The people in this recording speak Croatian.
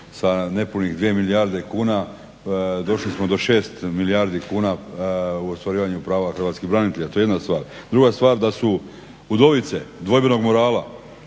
Sa nepunih 2 milijarde kuna došli smo do 6 milijardi kuna u ostvarivanju prava hrvatskih branitelja, to je jedna stvar. Druga stvar da su udovice dvojbenog morala,